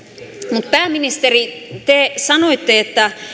mutta pääministeri te sanoitte että